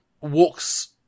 walks